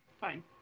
Fine